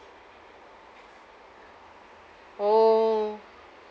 orh